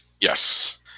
yes